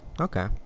Okay